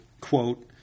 quote